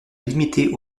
limiter